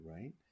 right